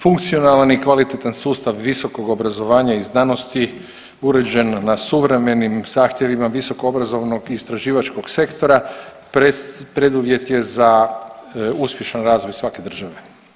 Funkcionalan i kvalitetan sustav visokog obrazovanja i znanosti uređen na suvremenim zahtjevima visokoobrazovnog i istraživačkog sektora preduvjet je za uspješan razvoj svake države.